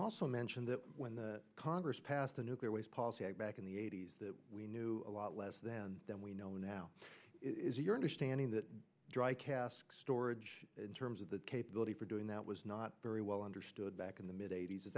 also mentioned that when the congress passed the nuclear waste policy act back in the eighty's we knew a lot less than than we know now is your understanding that dry cask storage in terms of the capability for doing that was not very well understood back in the mid eighty's is